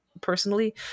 personally